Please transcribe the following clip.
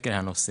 לחקר הנושא,